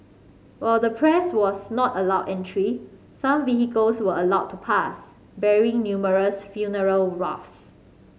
while the press was not allowed entry some vehicles were allowed to pass bearing numerous funeral wreaths